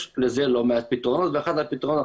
יש לזה לא מעט פתרונות ואחד הפתרונות,